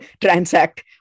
transact